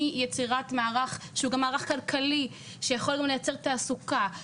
מיצירת מערך שהוא גם מערך כלכלי שיכול לייצר תעסוקה.